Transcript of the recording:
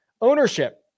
Ownership